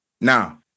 now